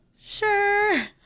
sure